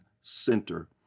center